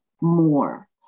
more